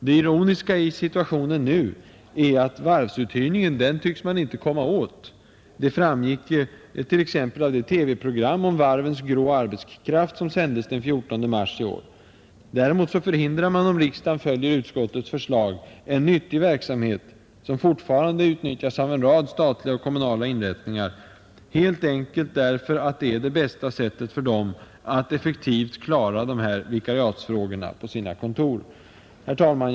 Det ironiska i situationen nu är, att man inte tycks komma åt varvsuthyrningen — det uppgavs t.ex. i det TV-program om varvens grå arbetskraft, som sändes den 14 mars i år, Om riksdagen följer utskottets förslag, förhindrar man däremot en nyttig verksamhet, som fortfarande utnyttjas av en rad statliga och kommunala inrättningar helt enkelt därför att det är det bästa sättet för dem att effektivt klara vikariatsfrågorna på sina kontor. Herr talman!